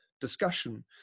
discussion